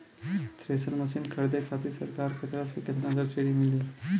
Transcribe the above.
Thresher machine खरीदे खातिर सरकार के तरफ से केतना सब्सीडी मिली?